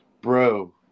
Bro